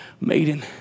maiden